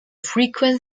frequent